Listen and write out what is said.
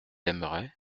aimerait